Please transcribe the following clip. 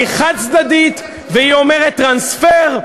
והיא אומרת, טרנספר,